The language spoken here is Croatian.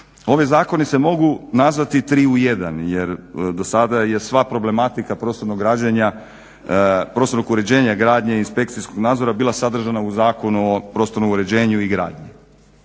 Ovi zakoni se mogu nazvati tri u jedan jer do sada je sva problematika prostornog građenja, prostornog uređenja gradnje, inspekcijskog nadzora bila sadržana u Zakonu o prostornom uređenju i gradnji.